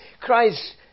Christ